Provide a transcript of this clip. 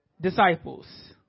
disciples